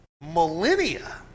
millennia